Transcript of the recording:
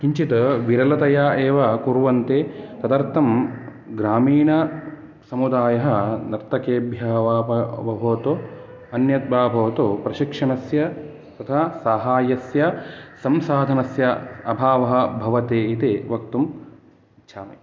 किंचित् विरलतया एव कुर्वन्ति तदर्थं ग्रामीणसमुदायः नर्तेकेभ्यः वा भवतु अन्येभ्यः वा भवतु प्रशिक्षणस्य तथा सहाय्यस्य संसाधनस्य अभावः भवति इति वक्तुम् इच्छामि